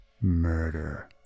murder